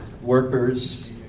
workers